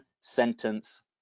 sentence